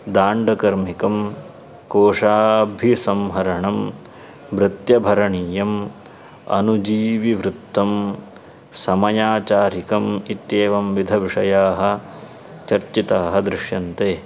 दाण्डकर्मिकं कोशाभिसंहरणं मृत्यभरणीयम् अनुजीविवृत्तं समयाचारिकम् इत्येवं विविधाः विषयाः चर्चिताः दृश्यन्ते